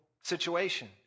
situation